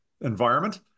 environment